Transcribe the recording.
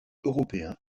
européen